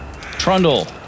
Trundle